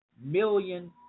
million